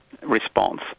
response